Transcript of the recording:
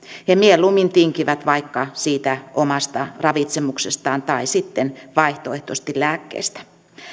he mieluummin tinkivät vaikka siitä omasta ravitsemuksestaan tai sitten vaihtoehtoisesti lääkkeistä